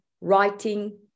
writing